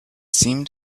seemed